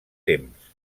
temps